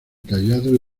tallado